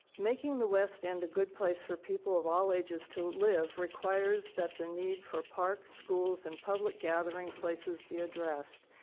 making the west end a good place for people of all ages to live requires that the need for parks, schools, and public gathering places be addressed.